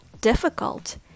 difficult